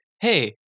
hey